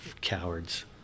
cowards